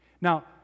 Now